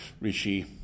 Rishi